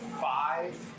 five